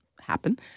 happen